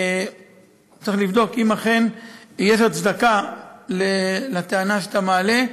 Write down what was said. צריך לבדוק אם אכן יש הצדקה לטענה שאתה מעלה.